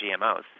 GMOs